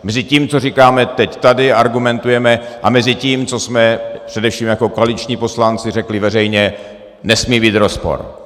Mezi tím, co říkáme teď tady, argumentujeme, a tím, co jsme především jako koaliční poslanci řekli veřejně, nesmí být rozpor.